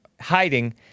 hiding